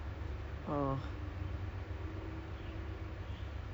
all the way till maybe phase three ah tengok dulu ah